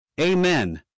Amen